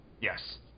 Yes